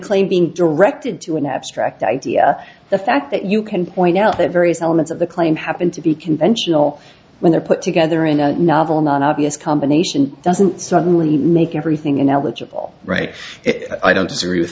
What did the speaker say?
claim being directed to an abstract idea the fact that you can point out that various elements of the claim happened the conventional when they're put together in a novel non obvious combination doesn't suddenly make everything ineligible right i don't disagree with